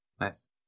nice